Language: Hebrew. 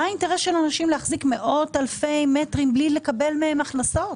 מהו האינטרס של אנשים להחזיק מאות אלפי מטרים בלי לקבל מהם הכנסות?